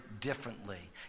differently